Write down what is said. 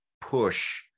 push